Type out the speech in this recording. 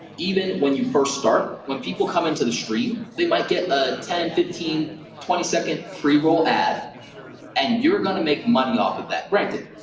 even when you first start, when people come in to the stream, they might get a ten, fifteen, twenty second pre-roll ad and you're gonna make money off of that. granted,